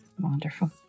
Wonderful